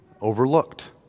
overlooked